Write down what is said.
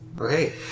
Okay